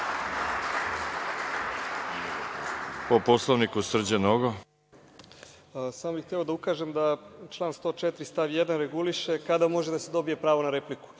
Nogo. **Srđan Nogo** Samo bi hteo da ukažem da član 104. stav 1. reguliše kada može da se dobije pravo na repliku